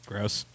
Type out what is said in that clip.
Gross